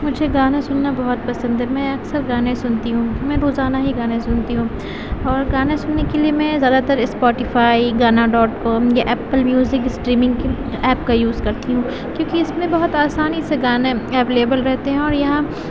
مجھے گانا سننا بہت پسند ہے میں اکثر گانے سنتی ہوں میں روزانہ ہی گانے سنتی ہوں اور گانا سننے کے لیے میں زیادہ تر اسپوٹیفائی گانا ڈاٹ کام یا ایپل میوزک اسٹریمنگ کی ایپ کا یوز کرتی ہوں کیوں کہ اس میں بہت آسانی سے گانے اویلیبل رہتے ہیں اور یہاں